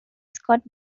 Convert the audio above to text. scott